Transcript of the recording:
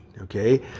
Okay